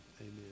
amen